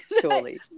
Surely